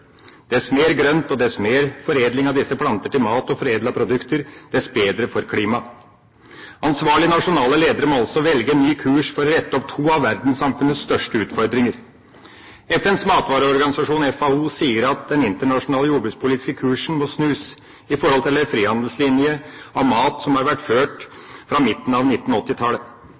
Dess mer grønt og dess mer foredling av disse planter til mat og foredlede produkter, dess bedre for klimaet. Ansvarlige nasjonale ledere må altså velge en ny kurs for å rette opp to av verdenssamfunnets største utfordringer. FNs matvareorganisasjon, FAO, sier at den internasjonale jordbrukspolitiske kursen må snus i forhold til en frihandelslinje av mat som har vært ført fra midten av